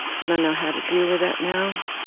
but i know how to deal with that now.